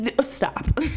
stop